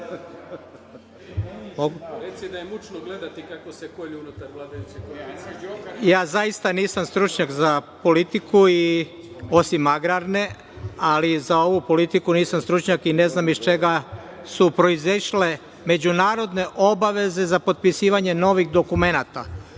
lepo. Zaista nisam stručnjak za politiku, osim agrarne, ali za ovu politiku nisam stručnjak i ne znam iz čega su proizišle međunarodne obaveze za potpisivanje novih dokumenata.